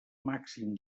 màxim